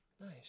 Nice